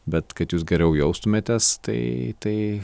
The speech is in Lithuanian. bet kad jūs geriau jaustumėtės tai tai